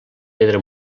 pedra